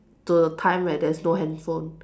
to the time where there's no handphone